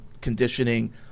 conditioning